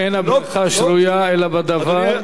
אין הברכה שרויה אלא בדבר,